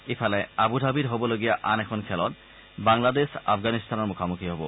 ইফালে আবুধাবিত হ'বলগীয়া আন এখন খেলত বাংলাদেশ আফগানিস্তানৰ মুখামুখি হব